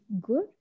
good